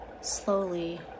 Slowly